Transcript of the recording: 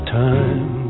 time